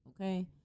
okay